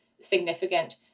significant